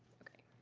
okay.